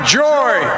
joy